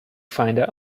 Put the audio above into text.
find